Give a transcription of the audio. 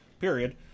period